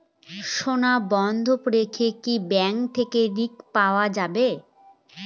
সোনা বন্ধক রেখে কি ব্যাংক থেকে ঋণ পাওয়া য়ায়?